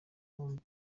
bombi